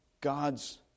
God's